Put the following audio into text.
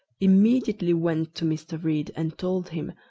immediately went to mr. read, and told him,